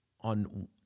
On